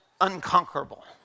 unconquerable